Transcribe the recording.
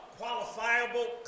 qualifiable